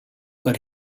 but